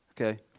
Okay